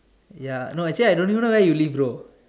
ya no actually I don't even know where you live bro